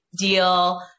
deal